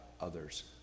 others